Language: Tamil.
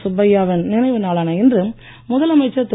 சுப்பய்யா வின் நினைவு நாளான இன்று முதலமைச்சர் திரு